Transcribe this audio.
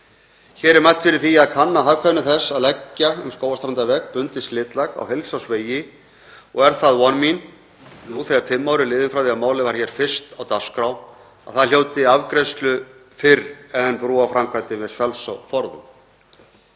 Hér er mælt fyrir því að kanna hagkvæmni þess að leggja á Skógarstrandarveg bundið slitlag á heilsársvegi og er það von mín nú þegar fimm ár eru liðin frá því að málið var fyrst á dagskrá að það hljóti afgreiðslu fyrr en brúarframkvæmdir við Svelgsá forðum.